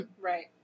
Right